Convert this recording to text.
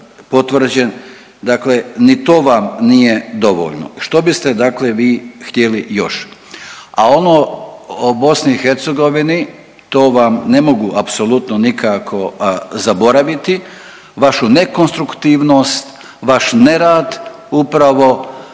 potvrđen, dakle ni to vam nije dovoljno. Što biste dakle vi htjeli još? A ono o BiH, to vam ne mogu apsolutno nikako zaboraviti, vašu nekonstruktivnost, vaš nerad upravo,